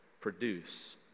produce